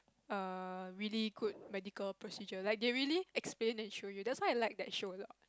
err really good medical procedure like they really explain and show you that's why I like that show a lot